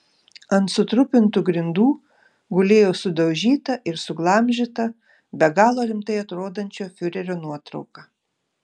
ant sutrupintų grindų gulėjo sudaužyta ir suglamžyta be galo rimtai atrodančio fiurerio nuotrauka